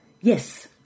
yes